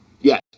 Yes